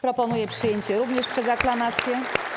Proponuję przyjęcie również przez aklamację.